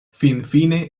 finfine